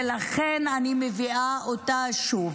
ולכן אני מביאה אותה שוב.